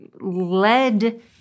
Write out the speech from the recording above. led